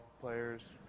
players